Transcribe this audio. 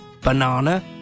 banana